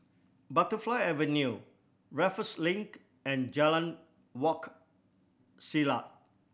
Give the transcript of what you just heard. Butterfly Avenue Raffles Link and Jalan Wak Selat